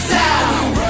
sound